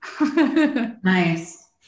Nice